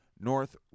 North